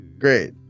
Great